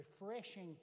refreshing